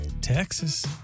Texas